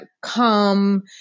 come